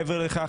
מעבר לכך,